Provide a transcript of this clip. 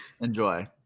enjoy